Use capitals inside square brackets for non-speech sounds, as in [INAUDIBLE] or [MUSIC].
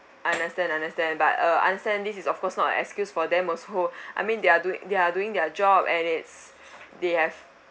understand understand but uh understand this is of course not an excuse for them also [LAUGHS] I mean they're doing they're doing their job at its they have